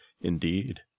Indeed